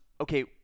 okay